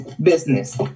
business